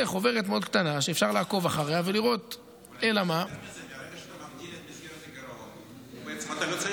האפשרות להעברת המידע הרפואי באופן ישיר לרופאי המכון ולרופאי